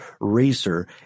racer